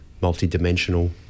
multi-dimensional